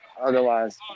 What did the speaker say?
otherwise